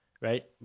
right